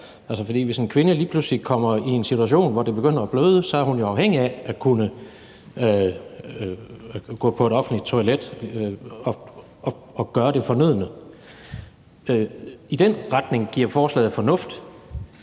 For hvis en kvinde lige pludselig kommer i en situation, hvor det begynder at bløde, så er hun jo afhængig af at kunne gå på et offentligt toilet og gøre det fornødne. I den retning giver forslaget fornuft,